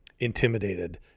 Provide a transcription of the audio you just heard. intimidated